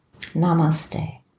Namaste